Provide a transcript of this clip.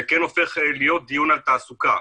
זה כן הופך להיות דיון על תעסוקה,